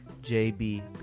jb